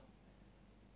but you still do need to